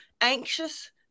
anxious